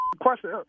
question